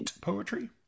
poetry